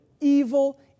evil